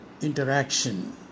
interaction